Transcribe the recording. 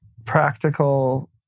practical